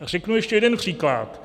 Řeknu ještě jeden příklad.